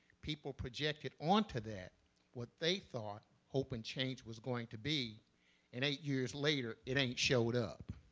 people projected on to that what they thought hope and change was going to be and eight years later it ain't showed up.